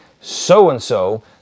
so-and-so